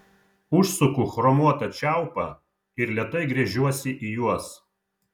užsuku chromuotą čiaupą ir lėtai gręžiuosi į juos